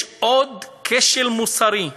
יש עוד כשל מוסרי,